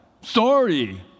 Sorry